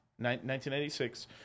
1996